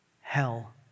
hell